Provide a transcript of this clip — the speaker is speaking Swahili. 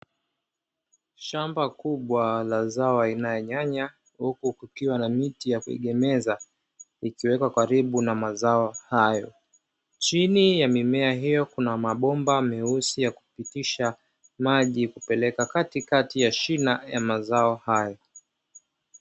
Shamba kubwa la zao aina ya nyanya huku kukiwa na miti ya kuegemeza, ikiwekwa karibu na mazao hayo. Chini ya mimea hiyo kuna mabomba meusi ya kupitisha maji kupeleka katikati ya shina ya mazao hayo.